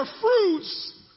fruits